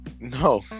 no